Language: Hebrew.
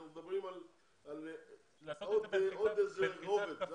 אנחנו מדברים על עוד איזה רובד.